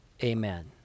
Amen